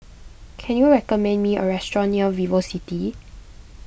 can you recommend me a restaurant near VivoCity